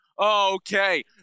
Okay